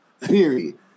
Period